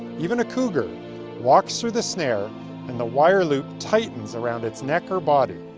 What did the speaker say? even a cougar walks through the snare and the wire loop tightens around it's neck or body.